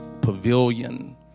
pavilion